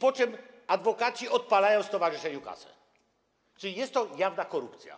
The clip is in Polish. po czym adwokaci odpalają stowarzyszeniu kasę, czyli jest to jawna korupcja.